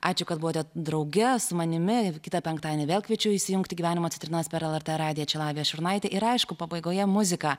ačiū kad buvote drauge su manimi ir kitą penktadienį vėl kviečiu įsijungti į gyvenimą citrinas per lrt radiją čia lavija šurnaitė ir aišku pabaigoje muzika